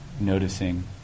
noticing